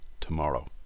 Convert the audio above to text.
tomorrow